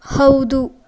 ಹೌದು